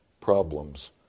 problems